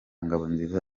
ngabonziza